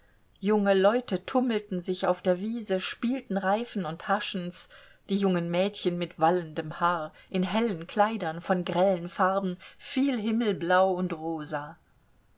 junge leute tummelten sich auf der wiese spielten reifen und haschens die jungen mädchen mit wallendem haar in hellen kleidern von grellen farben viel himmelblau und rosa